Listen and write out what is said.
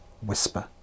whisper